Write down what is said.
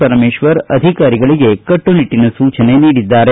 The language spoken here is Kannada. ಪರಮೇಶ್ವರ್ ಅಧಿಕಾರಿಗಳಿಗೆ ಕಟ್ಟುನಿಟ್ಟಿನ ಸೂಚನೆ ನೀಡಿದ್ದಾರೆ